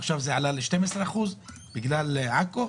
ועכשיו זה עלה ל-12% בגלל עכו.